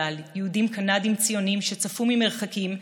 זכרם לברכה,